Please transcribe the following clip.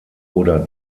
oder